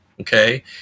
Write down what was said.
okay